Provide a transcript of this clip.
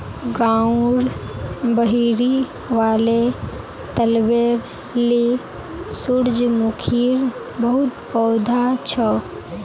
गांउर बहिरी वाले तलबेर ली सूरजमुखीर बहुत पौधा छ